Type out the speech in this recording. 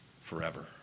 forever